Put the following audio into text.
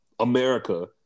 America